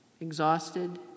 exhausted